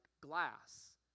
glass